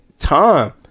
time